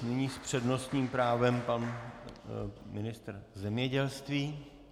Nyní s přednostním právem pan ministr zemědělství.